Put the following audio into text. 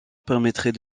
permettrait